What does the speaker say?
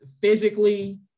physically